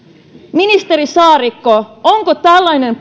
ministeri saarikko onko tällainen